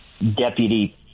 Deputy